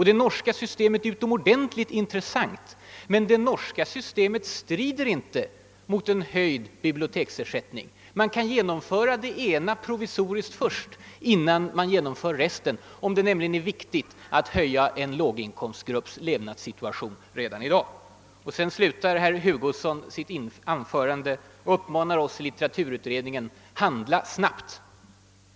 Det norska systemet är t.ex. utomordentligt intressant, men det strider inte mot en höjd biblioteksersättning. Man kan genomföra det ena provisoriskt först, innan man genomför resten. Och det är viktigt att höja en låginkomstgrupps levnadsstandard redan i dag. Herr Hugosson slutade sitt anförande med att uppmana oss i litteraturutredningen att »handla snabbt».